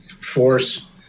force